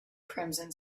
crimson